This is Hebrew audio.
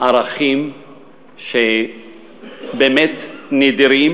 ערכים באמת נדירים,